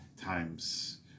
times